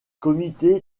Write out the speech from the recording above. comité